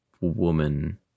woman